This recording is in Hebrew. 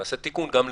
נעשה תיקון גם לזה,